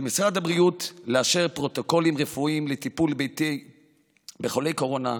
על משרד הבריאות לאשר פרוטוקולים רפואיים לטיפול ביתי בחולי קורונה,